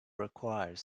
require